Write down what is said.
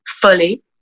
fully